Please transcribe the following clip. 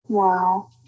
Wow